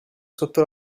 sotto